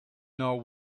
know